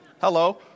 Hello